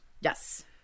Yes